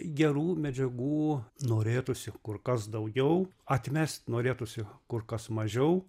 gerų medžiagų norėtųsi kur kas daugiau atmest norėtųsi kur kas mažiau